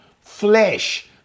flesh